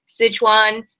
Sichuan